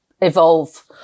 evolve